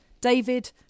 David